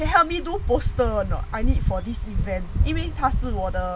you help me do poster or not I need for this event 因为他是我的